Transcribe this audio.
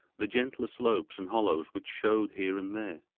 the gentler slopes and hollows which showed here and there.